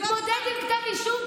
הוא מתמודד עם כתב אישום,